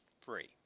free